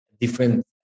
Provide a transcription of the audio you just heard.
different